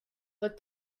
but